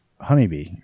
Honeybee